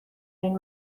این